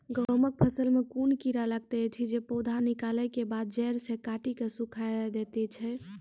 गेहूँमक फसल मे कून कीड़ा लागतै ऐछि जे पौधा निकलै केबाद जैर सऽ काटि कऽ सूखे दैति छै?